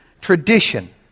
tradition